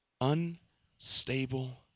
unstable